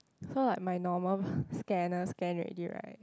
so like my normal scanner scan already right